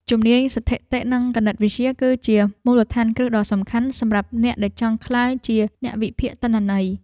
ជំនាញស្ថិតិនិងគណិតវិទ្យា គឺជាមូលដ្ឋានគ្រឹះដ៏សំខាន់សម្រាប់អ្នកដែលចង់ក្លាយជាអ្នកវិភាគទិន្នន័យ។